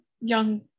young